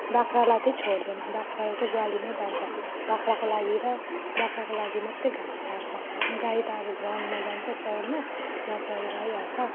बाख्रालाई चाहिँ छोड्दैन बाख्रालाई त्यहीँ ग्वालीमै बाँध्छ बाख्राको लागि र बाख्राको लागि मात्रै घाँस काट्छ गाई त अब ग्राउन्डमा जान्छ चौरमा त्यहाँ चरेर आइहाल्छ